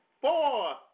four